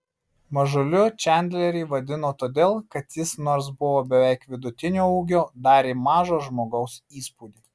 mažiuliu čandlerį vadino todėl kad jis nors buvo beveik vidutinio ūgio darė mažo žmogaus įspūdį